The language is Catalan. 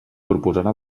proposarà